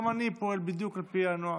גם אני פועל בדיוק על פי הנוהל.